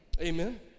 Amen